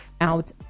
out